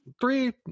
three